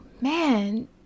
man